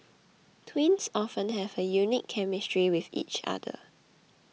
twins often have a unique chemistry with each other